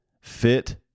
fit